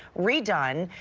redone,